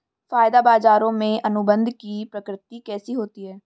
वायदा बाजारों में अनुबंध की प्रकृति कैसी होती है?